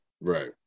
Right